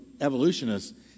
evolutionists